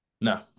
No